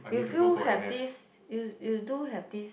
you feel have this you you do have this